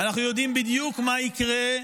ואנחנו יודעים בדיוק מה יקרה,